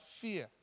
fear